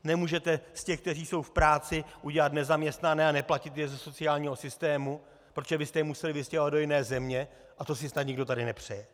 Nemůžete z těch, kteří jsou v práci, udělat nezaměstnané a neplatit je ze sociálního systému, protože byste je museli vystěhovat do jiné země a to si snad nikdo tady nepřeje.